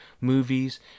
movies